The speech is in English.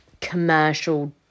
Commercial